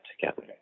together